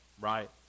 Right